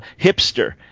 hipster